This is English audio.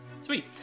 sweet